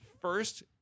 first